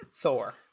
Thor